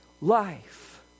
life